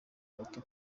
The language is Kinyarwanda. gato